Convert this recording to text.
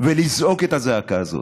ולזעוק את הזעקה הזאת.